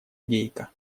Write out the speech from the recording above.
гейка